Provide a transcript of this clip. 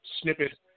snippet